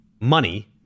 money